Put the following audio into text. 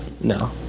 No